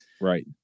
Right